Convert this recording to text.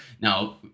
Now